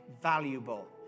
valuable